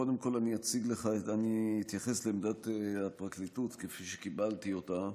קודם כול אני אתייחס לעמדת הפרקליטות כפי שקיבלתי אותה,